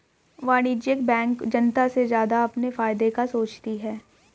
वाणिज्यिक बैंक जनता से ज्यादा अपने फायदे का सोचती है